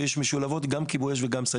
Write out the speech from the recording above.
ויש גם מערכות משולבות של כיבוי אש וסניטריות.